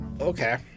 okay